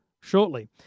shortly